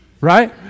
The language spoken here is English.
Right